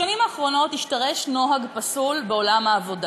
בשנים האחרונות השתרש נוהל פסול בעולם העבודה: